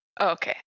Okay